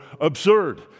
absurd